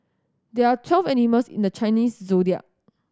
there are twelve animals in the Chinese Zodiac